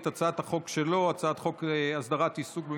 בעזרת השם,